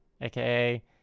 aka